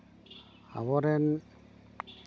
ᱟᱵᱚ ᱨᱮᱱ